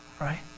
right